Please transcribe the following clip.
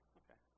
okay